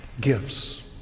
gifts